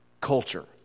culture